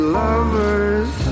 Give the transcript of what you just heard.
lovers